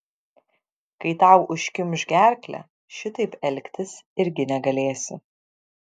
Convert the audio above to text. kai tau užkimš gerklę šitaip elgtis irgi negalėsi